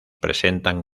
presentan